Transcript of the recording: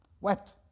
wept